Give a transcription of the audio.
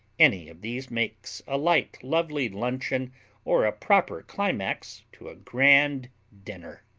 any of these makes a light, lovely luncheon or a proper climax to a grand dinner.